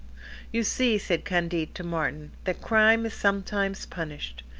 you see, said candide to martin, that crime is sometimes punished.